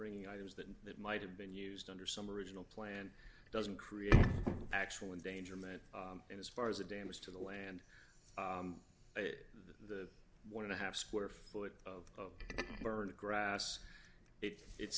bringing items that that might have been used under some original plan doesn't create actual endangerment and as far as the damage to the land it the one to have square foot of burnt grass it it